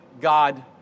God